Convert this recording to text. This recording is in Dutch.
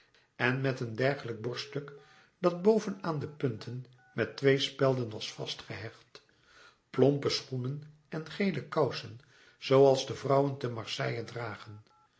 en met een dergelijk borststuk dat boven aan de punten met twee spelden was vastgehecht plompe schoenen en gele kousen zooals de vrouwen te marseille dragen